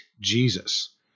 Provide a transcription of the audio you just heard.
Jesus